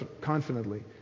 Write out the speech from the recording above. confidently